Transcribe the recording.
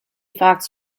fox